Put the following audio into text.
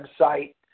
website